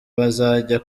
bazajya